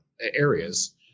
areas